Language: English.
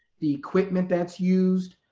the equipment that's used,